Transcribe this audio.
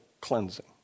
cleansing